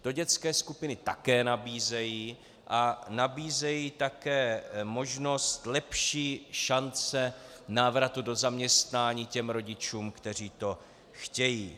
To dětské skupiny také nabízejí a nabízejí také možnost lepší šance návratu do zaměstnání těm rodičům, kteří to chtějí.